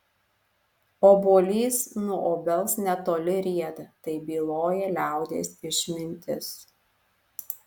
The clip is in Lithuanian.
obuolys nuo obels netoli rieda taip byloja liaudies išmintis